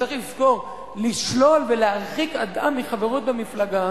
וצריך לזכור, לשלול ולהרחיק אדם מחברות במפלגה